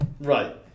right